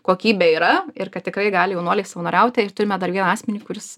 kokybė yra ir kad tikrai gali jaunuoliai savanoriauti ir turime dar vieną asmenį kuris